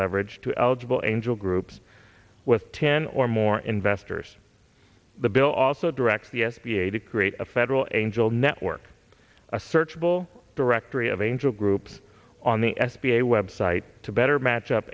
leverage to eligible angel groups with ten or more investors the bill also directs the s b a to create a federal angel network a searchable directory of angel groups on the s b a website to better match up